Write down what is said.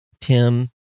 Tim